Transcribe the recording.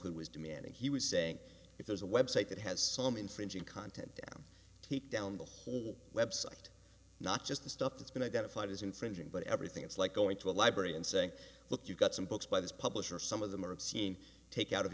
who was demanding he was saying if there's a website that has some infringing content down deep down the whole website not just the stuff that's been identified as infringing but everything it's like going to a library and saying look you've got some books by this publisher some of them are obscene take out of